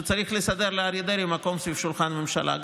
שצריך לסדר לאריה דרעי מקום סביב שולחן הממשלה.